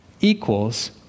equals